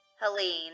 Helene